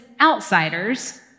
outsiders